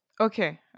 Okay